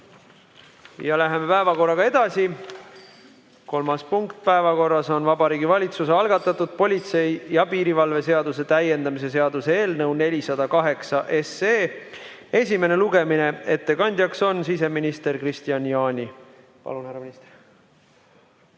12. Läheme päevakorraga edasi. Kolmas punkt päevakorras on Vabariigi Valitsuse algatatud politsei ja piirivalve seaduse täiendamise seaduse eelnõu 408 esimene lugemine. Ettekandja on siseminister Kristian Jaani. Palun, härra minister!